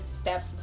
step